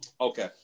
Okay